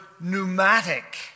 pneumatic